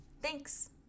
Thanks